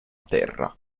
terra